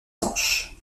sanche